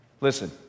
Listen